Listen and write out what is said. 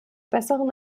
besseren